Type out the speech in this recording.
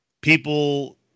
people